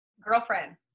Girlfriend